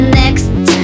next